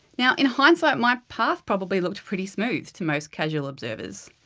yeah in hindsight, my path probably looked pretty smooth to most casual observers.